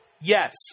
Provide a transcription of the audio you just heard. Yes